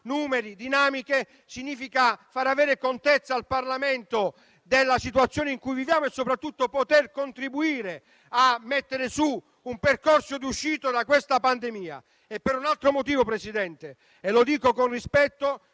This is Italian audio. numeri e dinamiche significa far avere contezza al Parlamento della situazione in cui viviamo e soprattutto poter contribuire a prevedere un percorso di uscita da questa pandemia; in secondo luogo, signor Presidente - e lo dico con sincero